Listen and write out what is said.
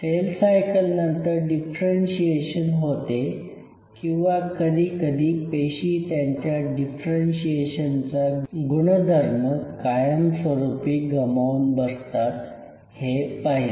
sale सायकलनंतर differentiation होते किंवा कधी कधी पेशी त्यांच्या डिफरेंशीएशनचा गुणधर्म कायमस्वरूपी गमावून बसतात हे पाहिले